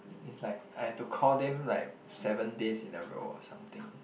it's like I have to call them like seven days in a row or something